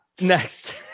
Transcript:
Next